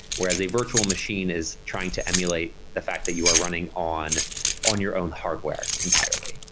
whereas a virtual machine is trying to emulate the fact that you are running on on your own hardware entirely.